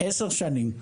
10 שנים.